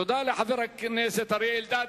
תודה לחבר הכנסת אריה אלדד.